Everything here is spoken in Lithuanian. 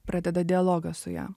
pradeda dialogą su ja